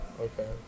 Okay